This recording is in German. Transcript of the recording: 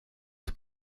zum